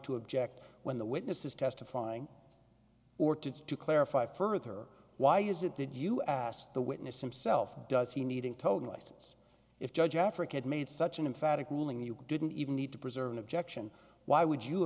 to object when the witnesses testifying or to to clarify further why is it that you asked the witness him self does he need in telling license if judge africa had made such an emphatic ruling you didn't even need to preserve an objection why would you